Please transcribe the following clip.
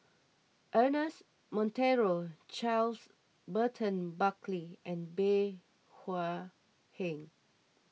Ernest Monteiro Charles Burton Buckley and Bey Hua Heng